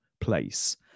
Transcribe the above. place